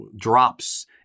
drops